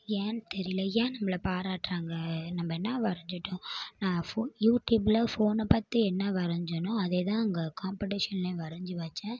ஏன் தெரியல ஏன் நம்மளை பாராட்டுறாங்க நம்ம என்ன வரைஞ்சிட்டோம் நான் ஃபோன் யூடியூபில் ஃபோனை பார்த்து என்ன வரைஞ்சேனோ அதே தான் அங்கே காம்படிஷன்லேயும் வரைஞ்சி வச்சேன்